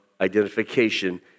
identification